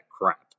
crap